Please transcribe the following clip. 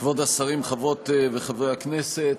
תודה רבה, כבוד השרים, חברות וחברי הכנסת,